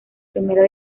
primera